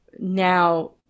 Now